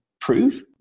prove